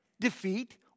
Defeat